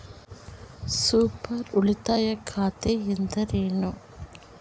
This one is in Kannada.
ಸೂಪರ್ ಉಳಿತಾಯ ಖಾತೆ ಎಂದರೇನು?